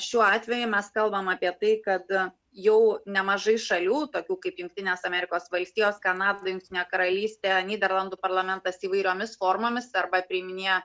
šiuo atveju mes kalbam apie tai kad jau nemažai šalių tokių kaip jungtinės amerikos valstijos kanada jungtinė karalystė nyderlandų parlamentas įvairiomis formomis arba priiminėja